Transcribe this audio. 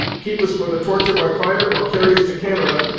keep us for the torture by fire, or carry us to canada,